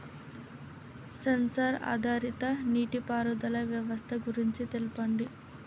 Censor ఆధారిత నీటిపారుదల వ్యవస్థ గురించి తెల్పండి?